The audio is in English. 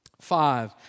Five